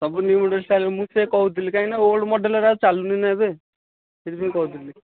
ସବୁ new model style କାହିଁକି ନା ଓଲ୍ଡ ମଡ଼େଲର ତ ଚାଲୁନି ନା ଏବେ ସେଥିପାଇଁ କହିଥିଲି